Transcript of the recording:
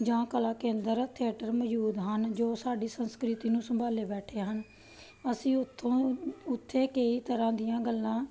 ਜਾਂ ਕਲਾ ਕੇਂਦਰ ਥੀਏਟਰ ਮੌਜੂਦ ਹਨ ਜੋ ਸਾਡੀ ਸੰਸਕ੍ਰਿਤੀ ਨੂੰ ਸੰਭਾਲੇ ਬੈਠੇ ਹਨ ਅਸੀਂ ਉੱਥੋਂ ਉੱਥੇ ਕਈ ਤਰ੍ਹਾਂ ਦੀਆਂ ਗੱਲਾਂ